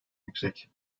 yüksek